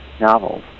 novels